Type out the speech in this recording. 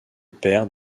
père